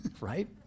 right